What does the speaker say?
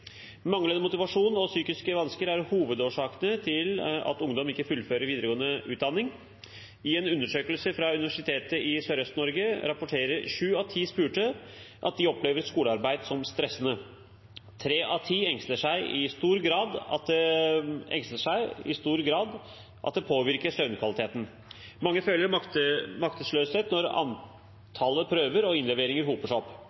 Manglende motivasjon og psykiske vansker er hovedårsaken til at ungdom ikke fullfører videregående utdanning. I en undersøkelse fra Universitetet i Sørøst-Norge rapporterte sju av ti spurte at de opplever skolearbeid som stressende, og tre av ti engster seg i så stor grad at det påvirker søvnkvaliteten. Mange føler maktesløshet når